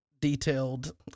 detailed